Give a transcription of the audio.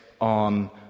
on